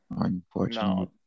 unfortunately